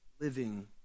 living